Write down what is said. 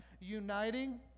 uniting